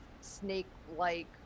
snake-like